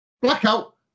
blackout